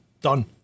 Done